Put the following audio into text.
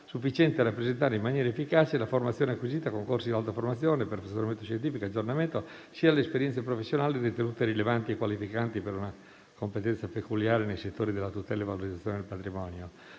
sufficienti a rappresentare in maniera efficace la formazione acquisita con corsi di alta formazione, perfezionamento scientifico e aggiornamento, nonché le esperienze professionali ritenute rilevanti e qualificanti per una competenza peculiare nel settore della tutela e valorizzazione del patrimonio.